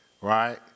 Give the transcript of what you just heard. right